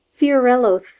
Fiorello